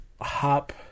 hop